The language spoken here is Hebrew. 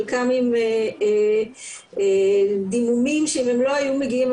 חלקם עם דימומים שאם הם לא היו מגיעים,